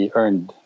earned